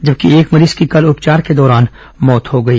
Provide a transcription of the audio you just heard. जबकि एक मरीज की कल उपचार के दौरान मौत हो गई